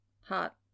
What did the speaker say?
hot